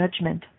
judgment